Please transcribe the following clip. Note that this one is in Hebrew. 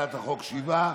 הצעת החוק, שבעה,